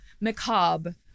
macabre